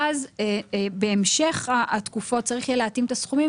ואז בהמשך התקופות צריך יהיה להתאים את הסכומים,